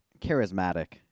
charismatic